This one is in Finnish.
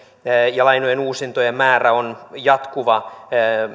ja lainojen uusintojen määrä on jatkuva